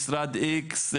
משרד X,